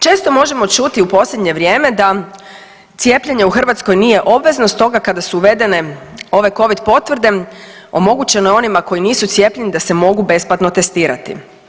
Često možemo čuti u posljednje vrijeme da cijepljenje u Hrvatskoj nije obvezno, stoga kada su uvedene ove covid potvrde omogućeno je onima koji nisu cijepljeni da se mogu besplatno testirati.